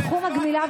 אינה נוכחת ניר ברקת,